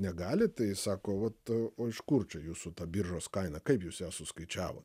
negali tai sako vat o iš kur čia jūsų ta biržos kaina kaip jūs ją suskaičiavot